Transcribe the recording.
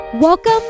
Welcome